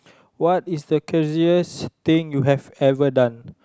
what is the craziest thing you have ever done